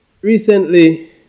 Recently